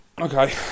Okay